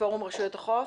מפורום רשויות החוף.